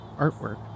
artwork